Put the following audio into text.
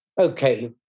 Okay